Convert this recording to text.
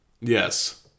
yes